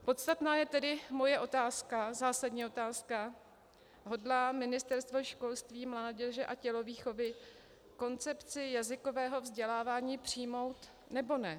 Podstatná je tedy moje zásadní otázka: hodlá Ministerstvo školství, mládeže a tělovýchovy koncepci jazykového vzdělávání přijmout, nebo ne?